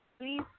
Please